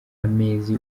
amezi